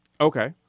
Okay